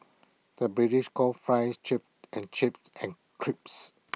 the British calls Fries Chips and chips and crisps